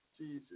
Jesus